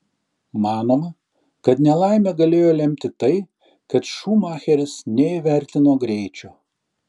manoma kad nelaimę galėjo lemti tai kad šumacheris neįvertino greičio